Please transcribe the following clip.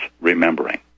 remembering